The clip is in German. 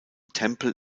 tempel